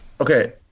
okay